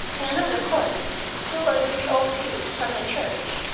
in another corner two or three old pews from the church,